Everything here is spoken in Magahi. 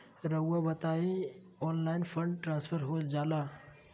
रहुआ बताइए ऑनलाइन फंड ट्रांसफर हो जाला?